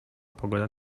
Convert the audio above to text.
pogoda